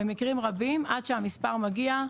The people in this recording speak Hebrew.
במקרים רבים עד שהמספר מגיע,